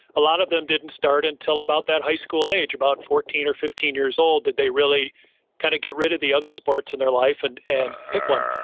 a lot of them didn't start until about that high school age, about fourteen or fifteen years old, that they really kind of get rid of the other sports in their life and and pick one.